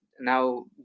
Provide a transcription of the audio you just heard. now